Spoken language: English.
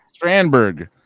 Strandberg